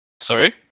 Sorry